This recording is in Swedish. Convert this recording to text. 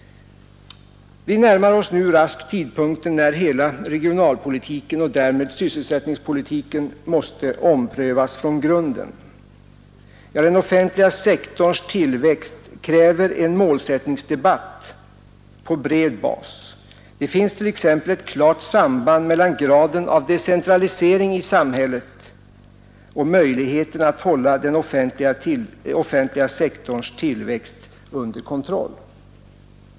Vi närmar oss nu raskt tidpunkten när hela regionalpolitiken och därmed sysselsättningspolitiken måste omprövas från grunden. Den offentliga sektorns tillväxt kräver en målsättningsdebatt på bred bas. Det finns t.ex. ett klart samband mellan graden av decentralisering i samhället och möjligheten att hålla den offentliga sektorns tillväxt under kontroll.